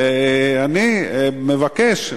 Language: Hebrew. ואני מבקש,